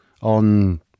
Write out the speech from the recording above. on